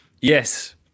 yes